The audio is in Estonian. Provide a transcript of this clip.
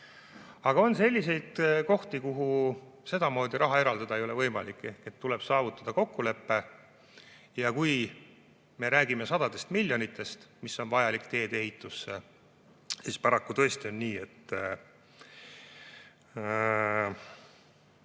Aga on selliseid kohti, kuhu sedamoodi raha eraldada ei ole võimalik, ehk tuleb saavutada kokkulepe. Kui me räägime sadadest miljonitest, mida on vaja tee-ehitusse, siis paraku tõesti on nii, et